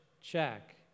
check